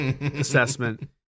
assessment